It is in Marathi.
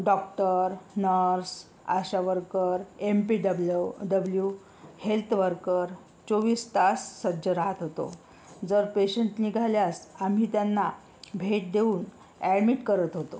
doctor nurse ASHA worker M P W W health worker चोवीस तास सज्ज राहात होतो जर पेशंट निघाल्यास आम्ही त्यांना भेट देऊन ॲडमिट करत होतो